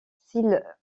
s’il